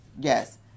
yes